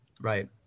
Right